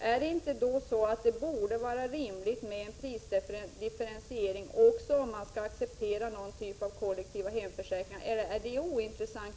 Borde det inte vara rimligt med en prisdifferentiering om man skall acceptera någon form av kollektiva hemförsäkringar, eller är det också ointressant?